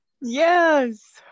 Yes